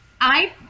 I-